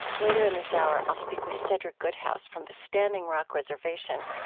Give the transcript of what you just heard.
later in this hour, i'll speak with cedric good house from the standing rock reservation.